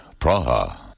Praha